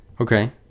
Okay